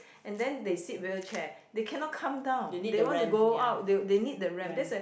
and then they sit wheelchair they cannot come down they want to go out they they need the ramp that's a